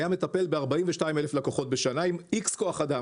היה מטפל ב-42,000 לקוחות בשנה עם X כוח אדם.